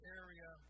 area